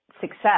success